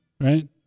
right